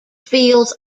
fields